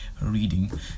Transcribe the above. reading